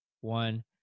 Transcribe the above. one